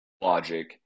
logic